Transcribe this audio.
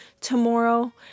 tomorrow